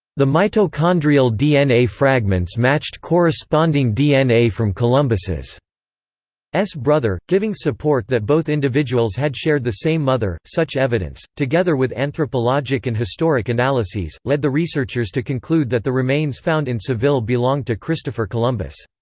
the mitochondrial dna fragments matched corresponding dna from columbus's brother, giving support that both individuals had shared the same mother such evidence, together with anthropologic and historic analyses, led the researchers to conclude that the remains found in seville belonged to christopher columbus.